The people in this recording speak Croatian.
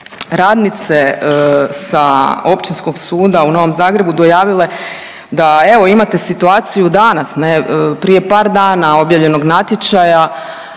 radnice sa Općinskog suda u Novom Zagrebu dojavile da evo imate situaciju danas, ne prije par dana objavljenog natječaja